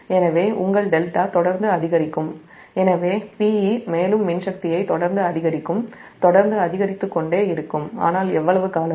எனவே உங்கள் δ தொடர்ந்து அதிகரிக்கும் எனவே Pe மேலும் மின் சக்தியை தொடர்ந்து அதிகரித்துக் கொண்டே இருக்கும் ஆனால் எவ்வளவு காலம்